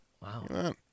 Wow